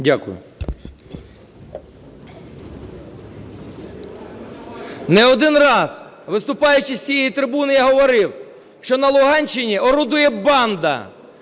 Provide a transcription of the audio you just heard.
Дякую.